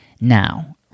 Now